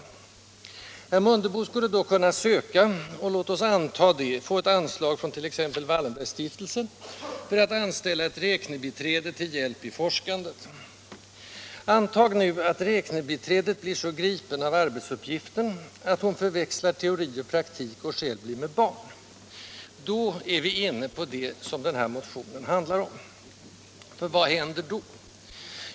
Herr Mundebo skulle då kunna söka och — låt oss anta det — få ett anslag från t.ex. Wallenbergsstiftelsen för att anställa ett räknebiträde till hjälp i forskandet. Antag nu att räknebiträdet blir så gripet av arbetsuppgiften att hon förväxlar teori och praktik och själv blir med barn. Då är vi inne i det den här motionen handlar om. Vad händer då?